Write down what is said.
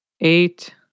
Eight